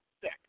sick